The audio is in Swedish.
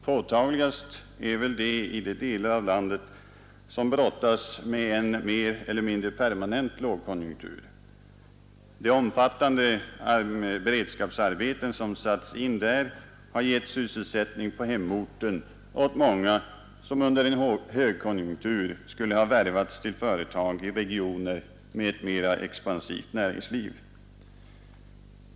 Påtagligast är väl det i de delar av landet som brottas med en mer eller mindre permanent lågkonjunktur. De omfattande beredskapsarbeten som satts in där har gett sysselsättning på hemorten åt många som under en högkonjunktur skulle ha värvats till företag i regioner med ett mera expansivt näringsliv.